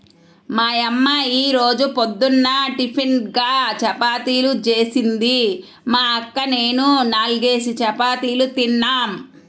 మా యమ్మ యీ రోజు పొద్దున్న టిపిన్గా చపాతీలు జేసింది, మా అక్క నేనూ నాల్గేసి చపాతీలు తిన్నాం